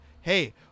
hey